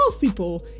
people